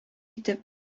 итеп